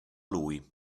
lui